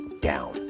down